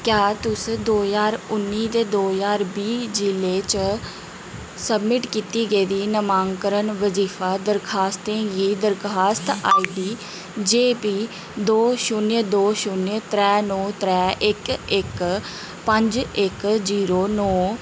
क्या तुस दो ज्हार उन्नी ते दो ज्हार बीह् जिलें च सब्मिट कीती गेदी नामांकन बजीफा दरखास्तें गी दरखासत आई टी जेपी दो शून्य दो शून्य त्रै नौ इक इक पंज इक जीरो नौ